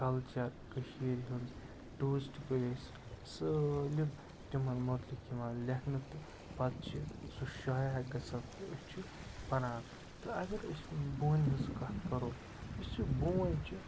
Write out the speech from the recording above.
culture کٔشیٖر ہٕنٛز tourist پٕلیسہٕ سٲلِم تِمَن مُتعلِق یِوان لیکھنہٕ تہٕ پَتہٕ چھِ سُہ شایٔع گَژھان تہٕ أسۍ چھِ پَران تہٕ اگر أسۍ وٕنۍ بونہِ ہٕنٛز کَتھ کَرو یُس یہِ بوٗن چھِ